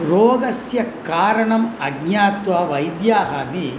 रोगस्य कारणं अज्ञात्वा वैद्याः अपि